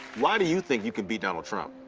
why do you think you can beat donald trump?